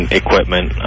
equipment